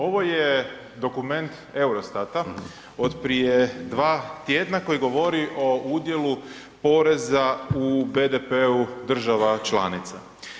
Ovo je dokument Eurostata od prije 2 tjedna koji govori o udjelu poreza u BDP-u država članica.